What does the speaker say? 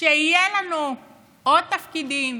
שיהיו לנו עוד תפקידים